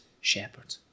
shepherd